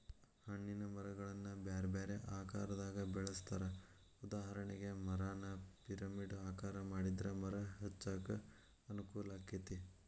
ಹಣ್ಣಿನ ಮರಗಳನ್ನ ಬ್ಯಾರ್ಬ್ಯಾರೇ ಆಕಾರದಾಗ ಬೆಳೆಸ್ತಾರ, ಉದಾಹರಣೆಗೆ, ಮರಾನ ಪಿರಮಿಡ್ ಆಕಾರ ಮಾಡಿದ್ರ ಮರ ಹಚ್ಚಾಕ ಅನುಕೂಲಾಕ್ಕೆತಿ